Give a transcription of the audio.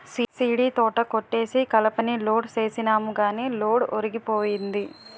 సీడీతోట కొట్టేసి కలపని లోడ్ సేసినాము గాని లోడు ఒరిగిపోయింది